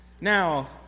Now